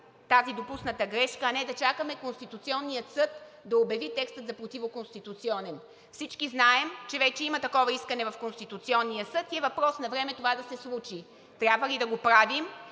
тази допусната грешка, а не да чакаме Конституционният съд да обяви текста за противоконституционен. Всички знаем, че вече има такова искане в Конституционния съд и е въпрос на време това да се случи. Трябва ли да го правим?